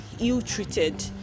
ill-treated